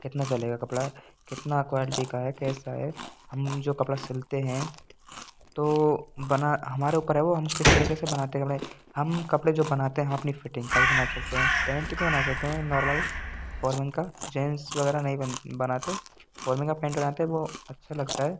कितना चलेगा कपड़ा कितना क्वालटी का है कैसा है हम जो कपड़ा सिलते हैं तो बना हमारे ऊपर है वो हम किस तरीके से बनाते कपड़े हम कपड़े जो बनाते हैं हम अपनी फ़िटिंग का भी बना सकते हैं पैंट भी बना सकते हैं नॉर्मल का जीन्स वगैरह नहीं बन बनाते फ़ॉर्मन अपना पैंट बनाते वो अच्छा लगता है